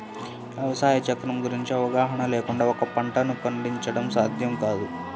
వ్యవసాయ చక్రం గురించిన అవగాహన లేకుండా ఒక పంటను పండించడం సాధ్యం కాదు